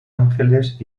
ángeles